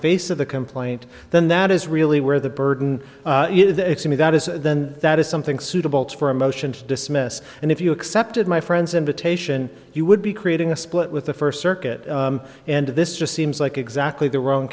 face of the complaint then that is really where the burden of that is then that is something suitable for a motion to dismiss and if you accepted my friend's invitation you would be creating a split with the first circuit and this just seems like exactly the wrong